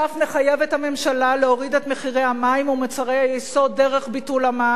נחייב את הממשלה להוריד את מחירי המים ומוצרי היסוד דרך ביטול המע"מ,